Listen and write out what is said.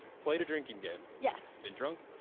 played a drinking game. yes. been drunk.